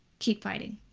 keep fighting.